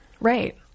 right